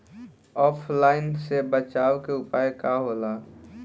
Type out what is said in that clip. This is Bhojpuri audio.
ऑफलाइनसे बचाव के उपाय का होला?